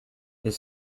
his